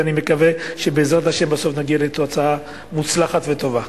ואני מקווה שבעזרת השם בסוף נגיע לתוצאה מוצלחת וטובה.